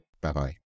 Bye-bye